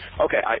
Okay